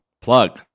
plug